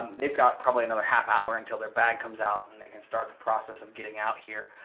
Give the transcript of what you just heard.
they've got probably another half hour until their bag comes out and they can start the process of getting out here.